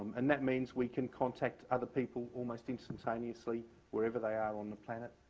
and that means we can contact other people almost instantaneously wherever they are on the planet,